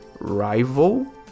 rival